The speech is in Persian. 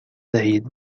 دهید